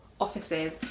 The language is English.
offices